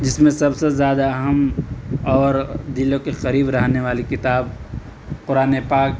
جس میں سب سے زیادہ اہم اور دلوں کے قریب رہنے والی کتاب قرآنِ پاک